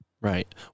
Right